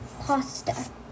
Pasta